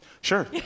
Sure